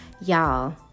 y'all